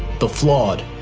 the flawed,